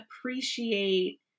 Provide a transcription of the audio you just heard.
appreciate